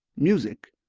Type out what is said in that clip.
music,